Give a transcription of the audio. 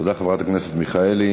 תודה, חברת הכנסת מיכאלי.